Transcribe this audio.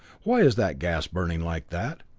why is that gas burning like that?